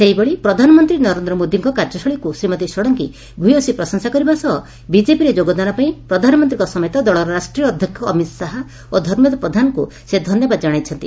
ସେହିଭଳି ପ୍ରଧାନମନ୍ତୀ ନରେନ୍ଦ୍ର ମୋଦିଙ୍କ କାର୍ଯ୍ୟଶୈଳୀକୁ ଶ୍ରୀମତୀ ଷଡ଼ଙଙୀ ଭ୍ୟସୀ ପ୍ରଶଂସା କରିବା ସହ ବିଜେପିରେ ଯୋଗଦାନ ପାଇଁ ପ୍ରଧାନମନ୍ତୀଙ୍କ ସମେତ ଦଳର ରାଷ୍ଟ୍ରୀୟ ଅଧ୍ଯକ୍ଷ ଅମିତ ଶାହା ଓ ଧର୍ମେନ୍ଦ୍ର ପ୍ରଧାନଙ୍କୁ ସେ ଧନ୍ୟବାଦ ଜଣାଇଛନ୍ତି